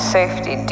safety